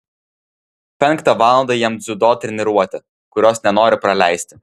penktą valandą jam dziudo treniruotė kurios nenori praleisti